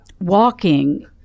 Walking